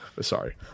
sorry